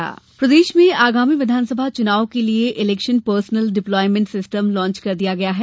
चुनाव database प्रदेश में आगामी विघानसभा चुनाव के लिए election personnel deployment system launch कर दिया गया है